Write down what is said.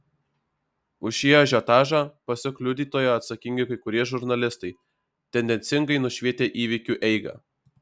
už šį ažiotažą pasak liudytojo atsakingi kai kurie žurnalistai tendencingai nušvietę įvykių eigą